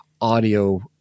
audio